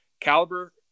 caliber